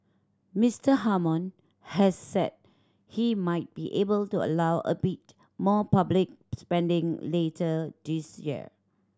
Mister Hammond has said he might be able to allow a bit more public spending later this year